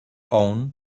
owned